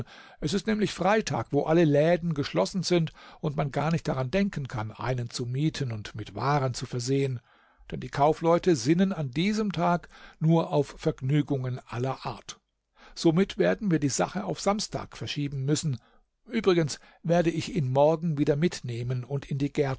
es ist nämlich freitag wo alle läden geschlossen sind und man gar nicht daran denken kann einen zu mieten und mit waren zu versehen denn die kaufleute sinnen an diesem tag nur auf vergnügungen aller art somit werden wir die sache auf samstag verschieben müssen übrigens werde ich ihn morgen wieder mitnehmen und